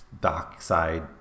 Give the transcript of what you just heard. dockside